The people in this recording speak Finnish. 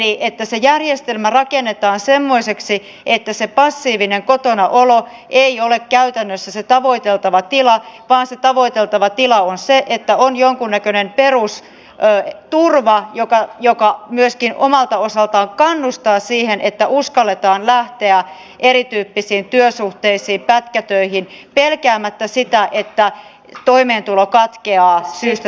eli järjestelmä rakennetaan semmoiseksi että se passiivinen kotona olo ei ole käytännössä se tavoiteltava tila vaan se tavoiteltava tila on se että on jonkinnäköinen perusturva joka myöskin omalta osaltaan kannustaa siihen että uskalletaan lähteä erityyppisiin työsuhteisiin ja pätkätöihin pelkäämättä sitä että toimeentulo katkeaa syystä tai toisesta